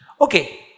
Okay